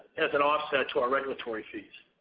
as an offset to our regulatory fees.